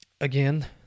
Again